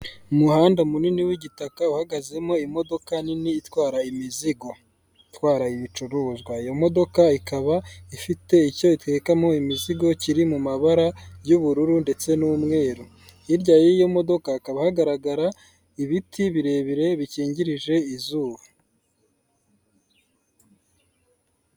Umuhanda munini w'igitaka uhagazemo imodoka nini itwara imizigo, itwara ibicuruzwa. Iyo modoka ikaba ifite icyo ihekamo imizigo kiri mu mabara y'ubururu ndetse n'umweru. Hirya y'iyo modoka hakaba hagaragara ibiti birebire bikingirije izuba.